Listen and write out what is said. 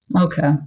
Okay